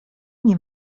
nie